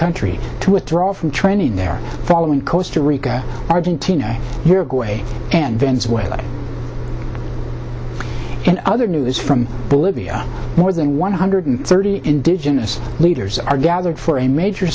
country to withdraw from training there following costa rica argentina uruguay and venezuela and other news from bolivia more than one hundred thirty indigenous leaders are gathered for a major